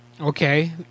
Okay